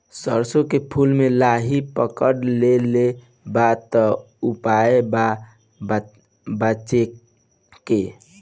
सरसों के फूल मे लाहि पकड़ ले ले बा का उपाय बा बचेके?